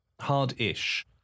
Hard-ish